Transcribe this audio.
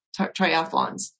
triathlons